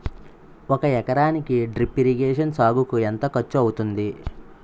ఒక ఎకరానికి drip irrigation సాగుకు ఎంత ఖర్చు అవుతుంది?